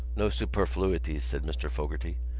no superfluities, said mr. fogarty.